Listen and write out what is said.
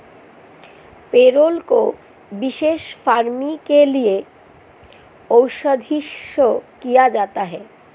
payroll को विशेष फर्मों के लिए आउटसोर्स किया जाता है